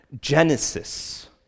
Genesis